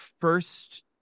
first